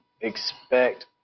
expect